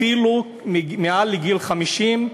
אפילו מעל גיל 50,